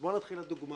בוא נתחיל בדוגמה